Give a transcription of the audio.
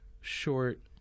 short